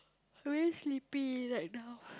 I very sleepy right now